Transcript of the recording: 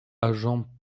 agent